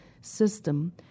system